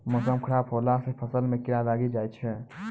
मौसम खराब हौला से फ़सल मे कीड़ा लागी जाय छै?